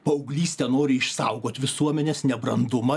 paauglystę nori išsaugot visuomenės nebrandumą